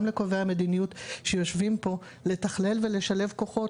לקובעי המדיניות שיושבים פה לתכלל ולשלב כוחות,